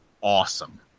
awesome